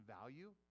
value